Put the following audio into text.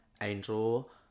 Angel